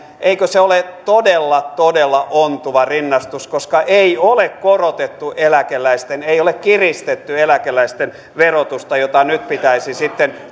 eikö se ole todella todella ontuva rinnastus koska ei ole korotettu ei ole kiristetty eläkeläisten verotusta jota nyt pitäisi sitten